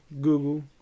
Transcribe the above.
Google